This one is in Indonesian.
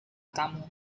kamu